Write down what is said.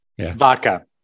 Vodka